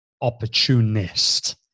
opportunist